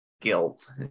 guilt